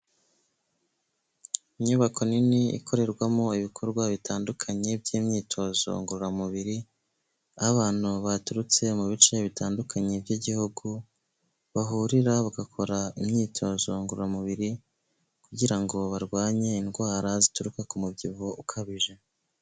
Inyubako nini ikorerwamo ibikorwa bitandukanye by'imyitozo ngororamubiri, aho abantu baturutse mu bice bitandukanye by'igihugu bahurira bagakora imyitozo ngororamubiri kugira ngo barwanye indwara zituruka ku mubyibuho ukabije.